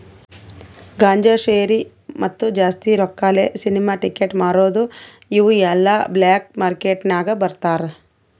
ಗಾಂಜಾ, ಶೇರಿ, ಮತ್ತ ಜಾಸ್ತಿ ರೊಕ್ಕಾಲೆ ಸಿನಿಮಾ ಟಿಕೆಟ್ ಮಾರದು ಇವು ಎಲ್ಲಾ ಬ್ಲ್ಯಾಕ್ ಮಾರ್ಕೇಟ್ ನಾಗ್ ಮಾರ್ತಾರ್